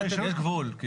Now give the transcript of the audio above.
יש גבול.